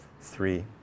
Three